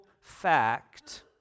fact